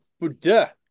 buddha